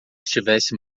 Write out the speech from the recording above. estivesse